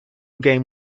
game